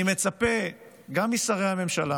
אני מצפה גם משרי הממשלה,